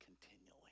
continually